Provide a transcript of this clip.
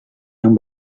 yang